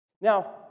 Now